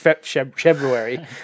February